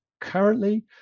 currently